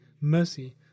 Mercy